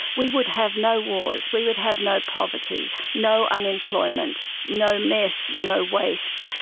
we would have no wars, we would have no poverty, no unemployment, no mess, no waste,